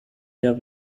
der